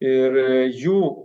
ir jų